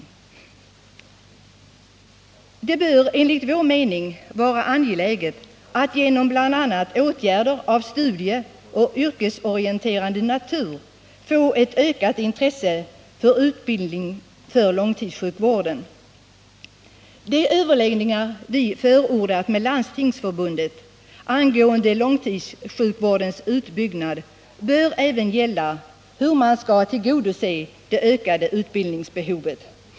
Enligt vår mening bör det vidare vara angeläget att genom bl.a. åtgärder av studieoch yrkesorienterande natur få ett ökat intresse för utbildningar med sikte på långtidssjukvården. De överläggningar med Landstingsförbundet som vi förordat i fråga om långtidssjukvårdens utbyggnad bör även gälla hur man skall tillgodose det ökade utbildningsbehovet.